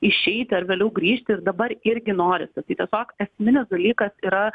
išeiti ar vėliau grįžti ir dabar irgi norisi tai tiesiog esminis dalykas yra